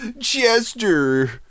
Chester